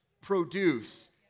produce